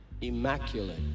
immaculate